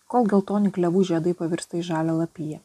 kol geltoni klevų žiedai pavirsta į žalią lapiją